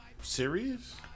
serious